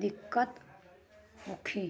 दिक्कत होखी?